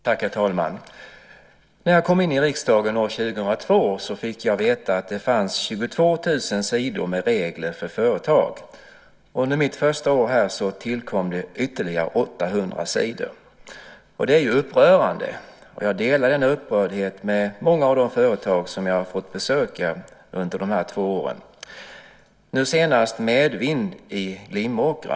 Herr talman! När jag kom in i riksdagen år 2002 fick jag veta att det fanns 22 000 sidor med regler för företag. Under mitt första år här tillkom ytterligare 800 sidor. Det är upprörande. Jag delar denna syn med många av de företag som jag har fått besöka under de här två åren. Nu senast var det Medvind i Glimåkra.